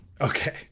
Okay